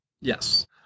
Yes